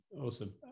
Awesome